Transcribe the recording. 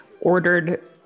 ordered